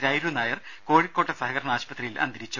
രൈരുനായർ കോഴിക്കോട്ടെ സഹകരണ ആശുപത്രിയിൽ അന്തരിച്ചു